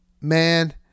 man